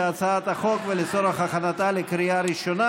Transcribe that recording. בהצעת החוק ולצורך הכנתה לקריאה ראשונה.